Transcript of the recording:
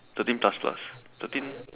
thirteen plus plus thirteen